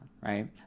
right